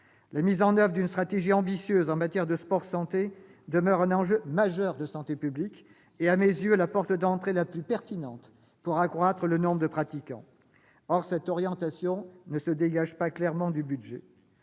La mise en oeuvre d'une stratégie ambitieuse en matière de sport-santé demeure un enjeu majeur de santé publique et, à mes yeux, la porte d'entrée la plus pertinente pour accroître le nombre de pratiquants. Or une telle orientation ne se dégage pas clairement du budget.